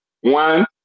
One